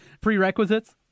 prerequisites